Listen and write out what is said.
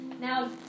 now